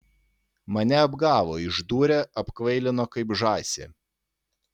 mane apgavo išdūrė apkvailino kaip žąsį